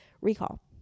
recall